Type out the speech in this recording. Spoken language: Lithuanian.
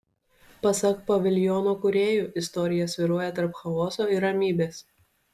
pasak paviljono kūrėjų istorija svyruoja tarp chaoso ir ramybės